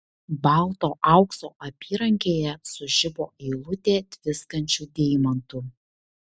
balto aukso apyrankėje sužibo eilutė tviskančių deimantų